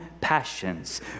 passions